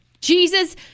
Jesus